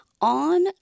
on